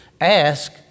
ask